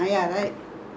Maya Plastic